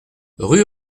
rue